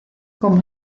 como